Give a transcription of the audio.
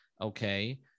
Okay